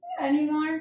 anymore